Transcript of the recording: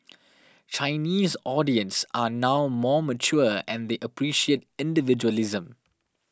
Chinese audience are now more mature and they appreciate individualism